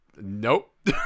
Nope